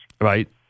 Right